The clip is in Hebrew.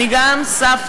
אני גם סבתא,